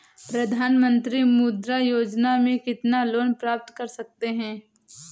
प्रधानमंत्री मुद्रा योजना में कितना लोंन प्राप्त कर सकते हैं?